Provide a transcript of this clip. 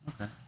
Okay